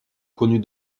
connut